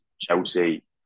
Chelsea